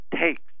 takes